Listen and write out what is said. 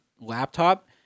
laptop